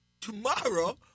tomorrow